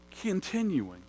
continuing